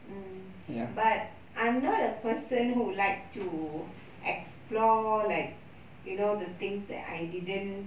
mm but I'm not a person who like to explore like you know the things that I didn't